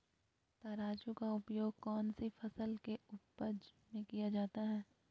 तराजू का उपयोग कौन सी फसल के उपज में किया जाता है?